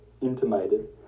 intimated